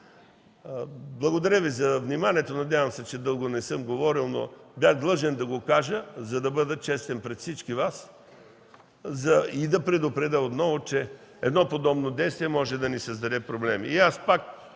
Благодаря Ви за вниманието. Надявам се, че не съм говорил дълго. Бях длъжен да го кажа, за да бъда честен пред всички Вас и отново да предупредя, че подобно действие може да ни създаде проблеми.